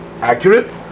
accurate